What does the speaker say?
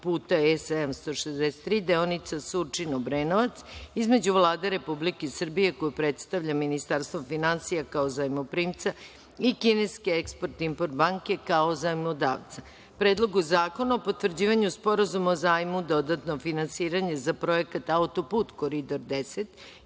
autoputa E-763 (deonica Surčin-Obrenovac), između Vlade RS, koju predstavlja Ministarstvo finansija, kao Zajmoprimca i kineske Export-Import banke, kao Zajmodavca, Predlogu zakona o potvrđivanju Sporazuma o zajmu (Dodatno finansiranje za Projekat autoput Koridor 10),